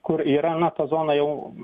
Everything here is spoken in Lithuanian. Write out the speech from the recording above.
kur yra na ta zona jau